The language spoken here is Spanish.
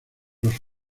los